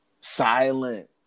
Silent